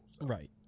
right